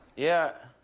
yeah.